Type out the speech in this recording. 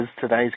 today's